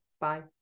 Bye